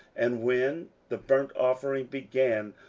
and when the burnt offering began,